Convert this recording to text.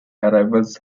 arrivals